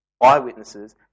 eyewitnesses